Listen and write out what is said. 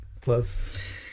plus